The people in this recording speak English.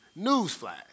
newsflash